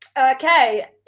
okay